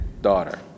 daughter